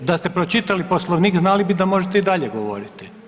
Da ste pročitali Poslovnik znali bi da možete i dalje govoriti.